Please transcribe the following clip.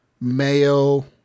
Mayo